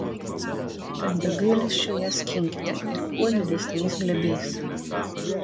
tad be gailesčio ją skinkite ir kuo didesniais glėbiais